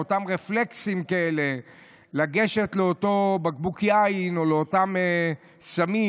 עם אותם רפלקסים של לגשת לאותו בקבוק יין או לאותם סמים,